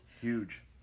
Huge